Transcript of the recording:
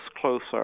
closer